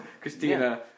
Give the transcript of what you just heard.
Christina